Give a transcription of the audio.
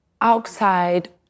outside